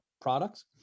products